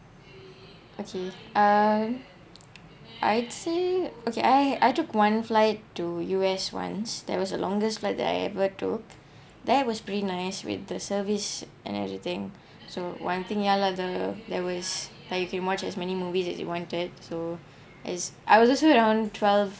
okay ah I see okay I've I took one flight to U_S once that was a longest flight that I ever took there was pretty nice with the service and everything so one thing ya lah the there was like you can watch as many movies as you wanted so as I was also around twelve